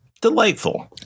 Delightful